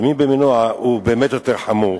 ומין במינו הוא באמת יותר חמור.